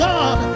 God